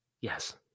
Yes